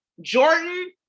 Jordan